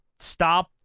Stop